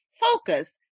focus